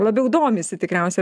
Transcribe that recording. labiau domisi tikriausiai